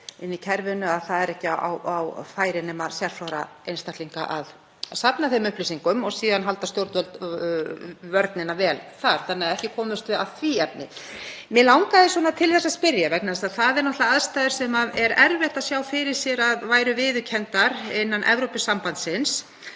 inni í kerfinu að það er ekki á færi nema sérfróðra einstaklinga að safna þeim upplýsingum. Síðan halda stjórnvöld vörnina vel þar, þannig að ekki komumst við að því efni. Mig langaði til að spyrja, vegna þess að það eru aðstæður sem er erfitt að sjá fyrir sér að væru viðurkenndar innan Evrópusambandsins